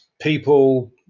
people